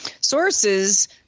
Sources